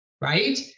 right